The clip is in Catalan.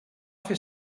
fer